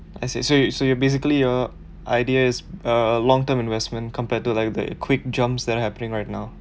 I see so you so you basically uh idea is uh long term investment compared to like the quick jumps that are happening right now